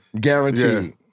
guaranteed